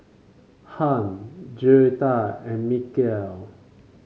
Hunt Joetta and Mikel